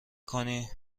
کنی